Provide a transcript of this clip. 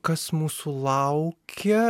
kas mūsų laukia